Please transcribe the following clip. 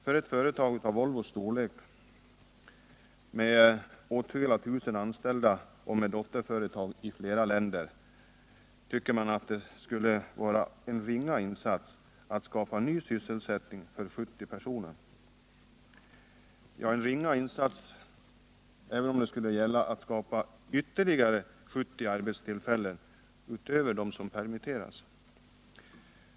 För ett företag som Volvo, med åtskilliga tusen anställda och med dotterföretag i flera länder, borde det vara en ringa insats att skapa ny sysselsättning för 70 personer — ja, företaget borde t.o.m. kunna skapa ytterligare 70 arbetstillfällen.